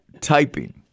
typing